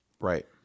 Right